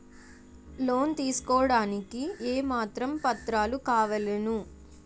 Loan తీసుకోడానికి ఏమేం పత్రాలు కావలెను?